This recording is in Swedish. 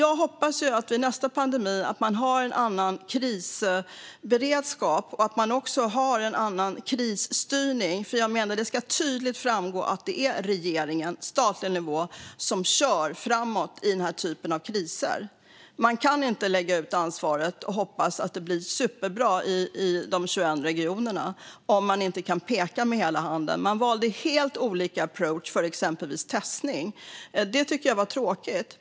Jag hoppas att man till nästa pandemi har en annan krisberedskap och en annan krisstyrning. Det ska tydligt framgå att det är regeringen, den statliga nivån, som kör framåt i den typen av kriser. Man kan inte lägga ut ansvaret och hoppas att det blir superbra i de 21 regionerna - om man inte kan peka med hela handen. Man valde helt olika approach för exempelvis testning. Det var tråkigt.